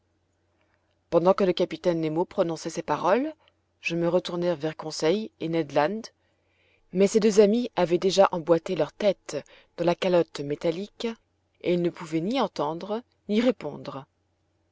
pendant que le capitaine nemo prononçait ces paroles je me retournai vers conseil et ned land mais ces deux amis avaient déjà emboîté leur tête dans la calotte métallique et ils ne pouvaient ni entendre ni répondre